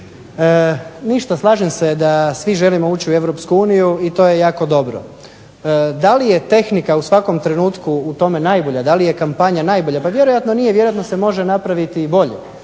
Ništa, slažem se da svi želimo ući u Europsku uniju i to je jako dobro. Da li je tehnika u svakom trenutku u tome najbolja, da li je kampanja najbolja, pa vjerojatno nije. Vjerojatno se može napraviti i bolje.